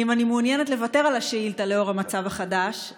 אם אני מעוניינת לוותר על השאילתה לנוכח המצב החדש,